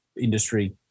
industry